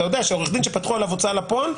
עורך דין שפתחו עליו הוצאה לפועל,